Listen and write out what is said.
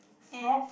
frog